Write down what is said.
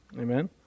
Amen